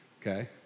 okay